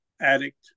addict